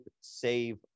save